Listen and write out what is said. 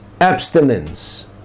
abstinence